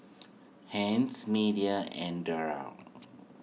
Anice Media and Daryl